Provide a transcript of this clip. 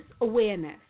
awareness